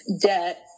debt